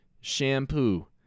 shampoo